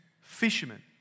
fishermen